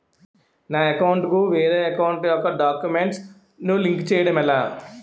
నా అకౌంట్ కు వేరే అకౌంట్ ఒక గడాక్యుమెంట్స్ ను లింక్ చేయడం ఎలా?